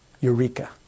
Eureka